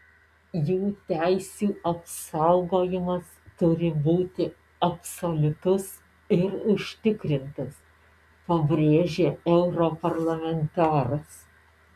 jų teisių apsaugojimas turi būti absoliutus ir užtikrintas pabrėžė europarlamentaras